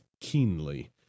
keenly